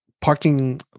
parking